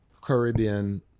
caribbean